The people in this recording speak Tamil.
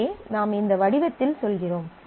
இங்கே நாம் இந்த வடிவத்தில் சொல்கிறோம்